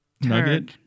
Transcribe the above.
nugget